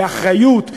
באחריות,